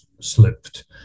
slipped